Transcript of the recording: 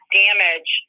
damage